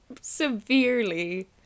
severely